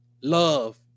love